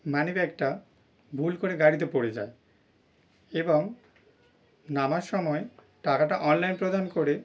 মানি ব্যাগটা ভুল করে গাড়িতে পড়ে যায় এবং নামার সময় টাকাটা অনলাইন প্রদান করে